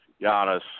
Giannis